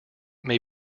may